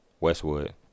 Westwood